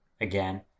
again